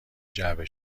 جعبه